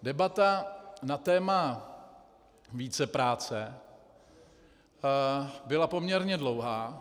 Debata na téma vícepráce byla poměrně dlouhá.